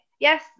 Yes